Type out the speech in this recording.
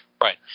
Right